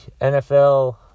NFL